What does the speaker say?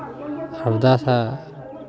ᱟᱨᱫᱟᱥᱟ